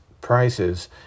prices